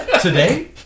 today